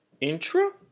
intro